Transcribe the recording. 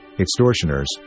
extortioners